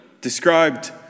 described